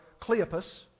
Cleopas